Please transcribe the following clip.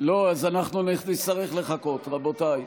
לא, אז אנחנו נצטרך לחכות, רבותיי.